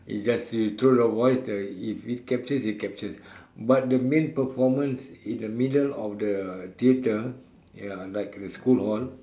it's just you throw you voice if it captures it captures but the main performance in the middle of the theater ya like the school hall